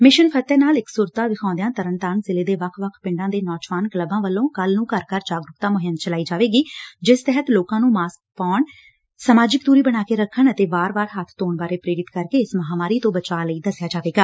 mission Fateh ਨਾਲ ਇੱਕਸੁਰਤਾ ਦਿਖਾਉਦਿਆਂ ਤਰਨਤਾਰਨ ਜ਼ਿਲੇ ਦੇ ਵੱਖ ਵੱਖ ਪਿੰਡਾਂ ਦੇ ਨੌਜਵਾਨ ਕਲੱਬਾਂ ਵੱਲੋਂ ਕੱਲੁ ਨੰ ਘਰ ਘਰ ਜਾਗਰੁਕਤਾ ਮੁਹਿੰਮ ਚਲਾਈ ਜਾਵੇਗੀ ਜਿਸ ਤਹਿਤ ਲੋਕਾਂ ਨੂੰ ਮਾਸਕ ਪਹਿਨਣ ਸਮਾਜਿਕ ਦੁਰੀ ਬਣਾ ਕੇ ਰੱਖਣ ਅਤੇ ਵਾਰ ਵਾਰ ਹੱਬ ਧੌਣ ਬਾਰੇ ਪ੍ਰੇਰਿਤ ਕਰਕੇ ਇਸ ਮਹਾਮਾਰੀ ਤੌਂ ਬਚਾਅ ਲਈ ਦੱਸਿਆ ਜਾਵੇਗਾ